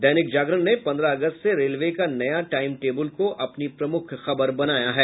दैनिक जागरण ने पन्द्रह अगस्त से रेलवे का नया टाईम टेबुल को अपनी प्रमुख खबर बनाया है